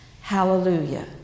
Hallelujah